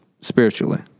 spiritually